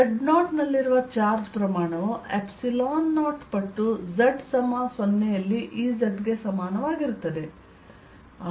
z0 ನಲ್ಲಿರುವ charge ಪ್ರಮಾಣವು ϵ0 ಪಟ್ಟು z0 ನಲ್ಲಿ Ezಗೆ ಸಮಾನವಾಗಿರುತ್ತದೆ